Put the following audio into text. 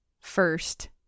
first